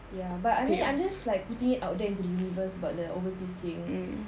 ya but I mean I'm just putting it out there into the universe about the overseas thing